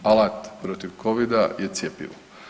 Alat protiv covida je cjepivo.